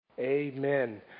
Amen